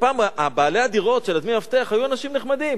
פעם בעלי הדירות של דמי מפתח היו אנשים נחמדים,